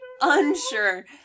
Unsure